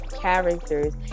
characters